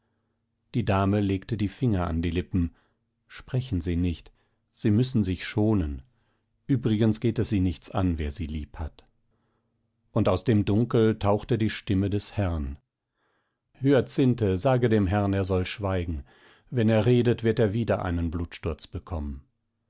die dame legte die finger an die lippen sprechen sie nicht sie müssen sich schonen übrigens geht es sie nichts an wer sie lieb hat und aus dem dunkel tauchte die stimme des herrn hyacinthe sage dem herrn er soll schweigen wenn er redet wird er wieder einen blutsturz bekommen